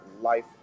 life